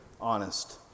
honest